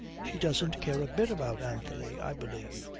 she doesn't care a bit about anthony, i believe.